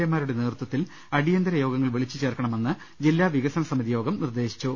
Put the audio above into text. എമാരുടെ നേതൃത്വത്തിൽ അടിയന്തര യോഗങ്ങൾ വിളിച്ചു ചേർക്കണമെന്ന് ജില്ലാ വികസന സമിതി യോഗം നിർദേശിച്ചു